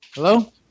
Hello